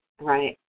right